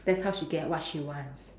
that's how she get what she wants